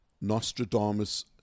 Nostradamus